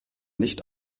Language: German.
nicht